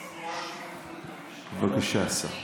בבקשה, השר.